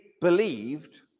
believed